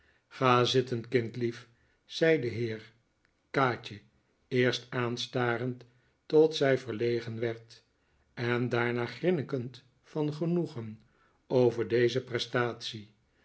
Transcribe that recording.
ga zitten kindlief zei de heer kaatje eerst aanstarend tot zij verlegen werd en daarna grinnikend van genoegen over deze prestatie